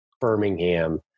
Birmingham